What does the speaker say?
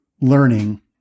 learning